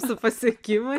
su pasiekimai